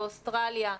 באוסטרליה,